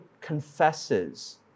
confesses